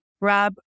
Rob